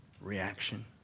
reaction